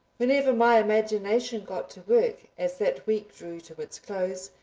whenever my imagination got to work as that week drew to its close,